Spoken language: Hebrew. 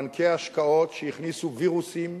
בנקי ההשקעות שהכניסו וירוסים,